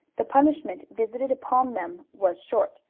the punishment visited upon them was short,